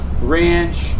ranch